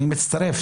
אני מצטרף,